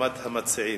והסכמת המציעים.